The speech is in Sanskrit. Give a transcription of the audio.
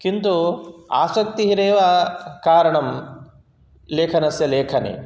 किन्तु आसक्तिरेव कारणं लेखनस्य लेखने